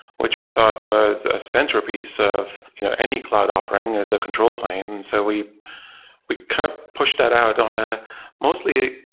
which we thought was a centerpiece of you know any cloud offering as a control plane. and so we we kind of pushed that out on a mostly,